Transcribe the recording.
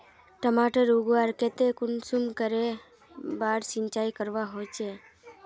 टमाटर उगवार केते कुंसम करे बार सिंचाई करवा होचए?